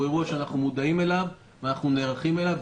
אנחנו מודעים אליו ואנחנו נערכים אליו.